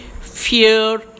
fear